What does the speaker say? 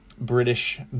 British